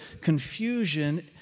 confusion